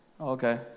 Okay